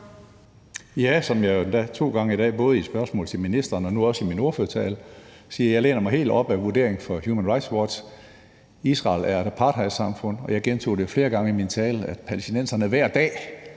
har sagt to gange i dag, både i spørgsmål til ministeren og nu også i min ordførertale, læner jeg mig helt op af vurderingen fra Human Rights Watch. Israel er et apartheidsamfund, og jeg gentog flere gange i min tale, at palæstinenserne hver dag